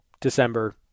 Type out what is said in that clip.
December